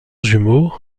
jumeau